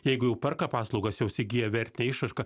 jeigu jau perka paslaugas jos įgyja vertę išraišką